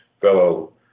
fellow